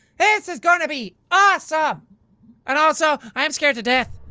this is gonna be awesome! and also i'm scared to death!